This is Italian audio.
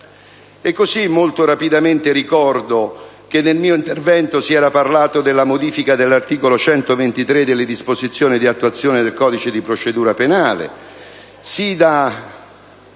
Molto rapidamente, ricordo che nel mio intervento si era parlato della modifica dell'articolo 123 delle disposizioni di attuazione del codice di procedura penale, sì da